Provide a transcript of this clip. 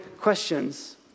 questions